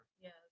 Yes